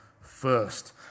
first